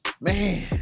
Man